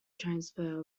transfer